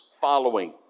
following